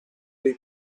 dei